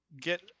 get